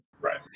Right